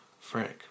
Frank